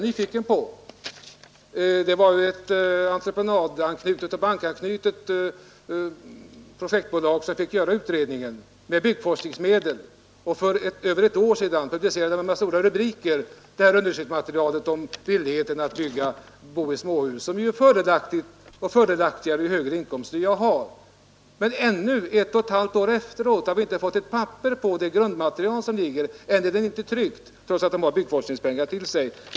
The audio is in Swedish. Det var alltså ett entreprenadoch bankanknutet projektbolag som med byggforskningsmedel fick göra den utredningen. För över ett år sedan publicerades med stora rubriker undersökningsmaterialet om villigheten att bo i småhus, vilket ju är fördelaktigare ju högre inkomster man har. Men ännu, ett och ett halvt år efteråt, har vi inte fått grundmaterialet för undersökningen, och ännu är den inte tryckt, trots att man har byggforskningspengar att tillgå.